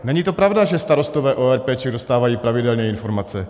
Není to pravda, že starostové ORP dostávají pravidelně informace.